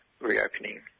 reopening